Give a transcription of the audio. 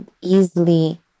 easily